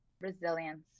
Resilience